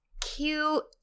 cute